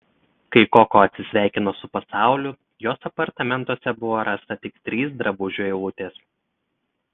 kai koko atsisveikino su pasauliu jos apartamentuose buvo rasta tik trys drabužių eilutės